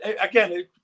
again